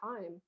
time